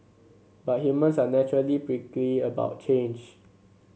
but humans are naturally prickly about change